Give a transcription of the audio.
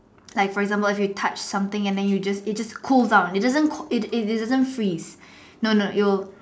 like for example if you touch something and then you just it just cools down it doesn't cool it it didn't freeze no no it will